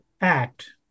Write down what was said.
act